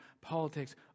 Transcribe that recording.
politics